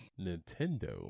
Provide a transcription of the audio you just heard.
Nintendo